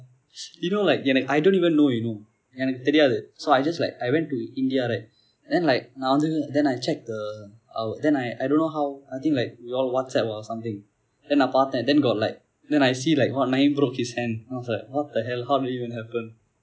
you know like எனக்கு:ennakku I don't even know you know எனக்கு தெரியாது:enakku theriyaathu so I just like I went to India right then like நான் வந்து:naan vandthu then I check the our then I I don't know how I think like you all whatsapp or something then நான் பார்த்தேன்:naan paarthen then got like then I see like what naeem broke his hand I was like what the hell how did it even happen